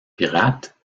pirates